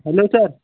hello sir